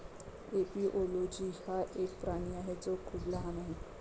एपिओलोजी हा एक प्राणी आहे जो खूप लहान आहे